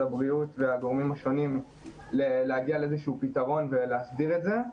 הבריאות והגורמים השונים להגיע לאיזשהו פתרון ולהסדיר את זה.